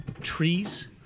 trees